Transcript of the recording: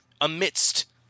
amidst